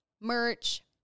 merch